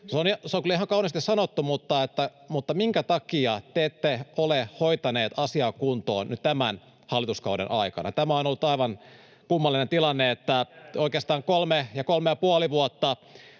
Se on kyllä ihan kauniisti sanottu, mutta minkä takia te ette ole hoitaneet asiaa kuntoon nyt tämän hallituskauden aikana? Tämä on ollut aivan kummallinen tilanne, [Mikko Savolan välihuuto]